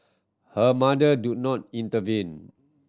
her mother do not intervene